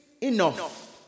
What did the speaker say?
enough